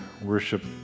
worship